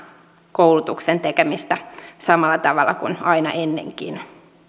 koulutuksen tekemistä samalla tavalla kuin aina ennenkin